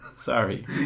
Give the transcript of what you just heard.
Sorry